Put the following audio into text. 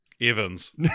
Evans